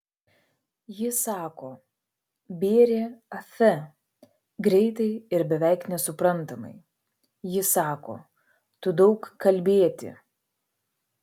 ji sako bėrė afe greitai ir beveik nesuprantamai ji sako tu daug kalbėti